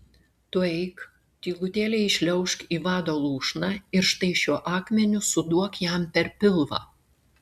tu eik tylutėliai įšliaužk į vado lūšną ir štai šiuo akmeniu suduok jam per pilvą